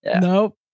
nope